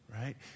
right